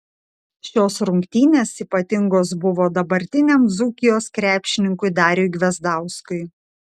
šios rungtynės ypatingos buvo dabartiniam dzūkijos krepšininkui dariui gvezdauskui